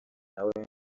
nawe